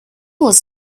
was